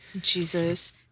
Jesus